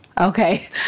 Okay